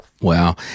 Wow